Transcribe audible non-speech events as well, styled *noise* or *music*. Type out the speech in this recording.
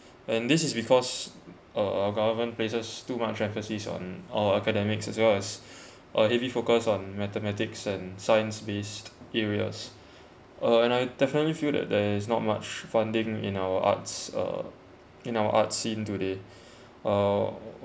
and this is because uh our government places too much emphasis on uh academics as well as *breath* uh heavy focus on mathematics and science based areas uh and I definitely feel that there is not much funding in our arts uh in our arts scene today *breath* uh